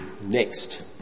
next